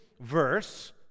verse